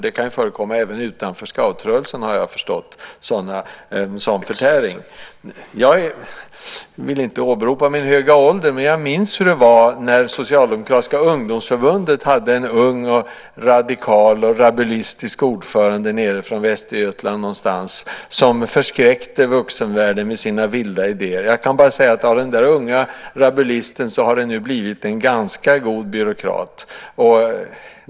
Det kan förekomma sådan förtäring även utanför scoutrörelsen, har jag förstått. Jag vill inte åberopa min höga ålder, men jag minns hur det var när socialdemokratiska ungdomsförbundet hade en ung, radikal och rabulistisk ordförande nere från Västergötland någonstans som förskräckte vuxenvärlden med sina vilda idéer. Av den där unga rabulisten har det nu blivit en ganska god byråkrat.